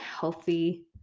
healthy